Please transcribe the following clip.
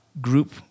group